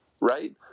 right